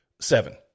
Seven